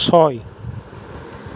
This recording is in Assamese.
ছয়